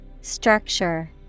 Structure